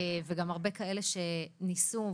וגם הרבה כאלה שניסו,